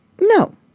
No